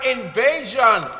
Invasion